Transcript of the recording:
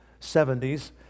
70s